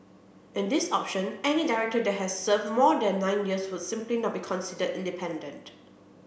in this option any director that has served more than nine years would simply not be considered independent